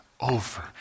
over